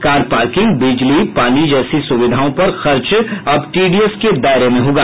car parking बिजली पानी जैसी सुविधाओं पर खर्च अब टीडीएस के दायरे में होगा